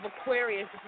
Aquarius